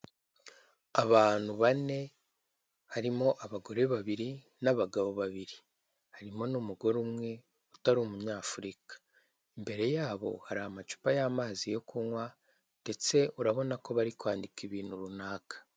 Abantu bane harimo abagore babiri n'abagabo babiri harimo n'umugore umwe utari umunyafurika, imbere yabo hari amacupa y'amazi yo kunywa ndetse urabona ko bari kwandika ibintu runaka.